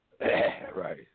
Right